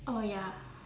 oh ya